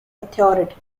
authority